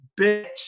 bitch